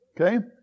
Okay